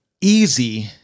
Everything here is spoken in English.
easy